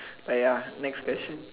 but ya my expression